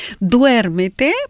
Duérmete